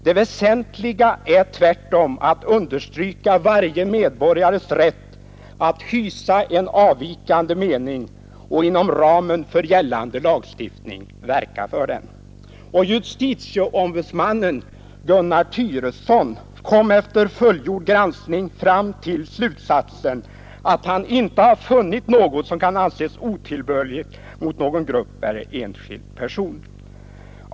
Det väsentligaste är tvärtom att understryka varje medborgares rätt att hysa en avvikande mening och inom ramen för gällande lagstiftning verka för den. Justiteombudsmannen Gunnar Thyresson hade efter fullgjord granskning inte funnit att under övningen något förekommit som kan anses otillbörligt mot någon grupp eller enskild person.